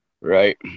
Right